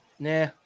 Nah